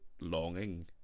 longing